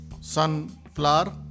Sunflower